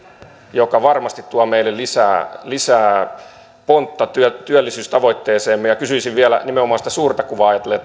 joka varmasti tuo meille lisää lisää pontta työllisyystavoitteeseemme kysyisin vielä nimenomaan sitä suurta kuvaa ajatellen